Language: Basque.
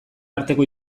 arteko